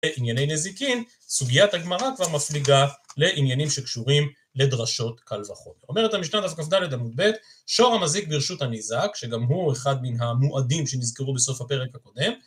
לענייני נזיקין, סוגיית הגמרא כבר מפליגה לעניינים שקשורים לדרשות קל וחומר. אומרת המשנה דף כ"ד עמוד ב', שור המזיק ברשות הניזק, שגם הוא אחד מן המועדים שנזכרו בסוף הפרק הקודם...